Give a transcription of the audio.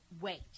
Wait